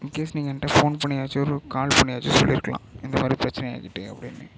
இன்கேஷ் நீங்கள் என்கிட்ட ஃபோன் பண்ணியாச்சும் ஒரு கால் பண்ணியாச்சும் சொல்லியிருக்கலாம் இந்தமாதிரி பிரச்சனை ஆயிக்கிட்டு அப்படினு